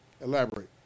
Elaborate